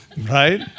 Right